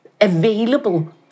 available